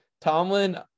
Tomlin